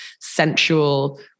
sensual